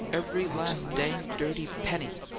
every last, dang, dirty penny!